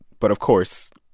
but, of course,